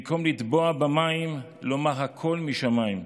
במקום לטבוע במים, לומר: הכול משמיים,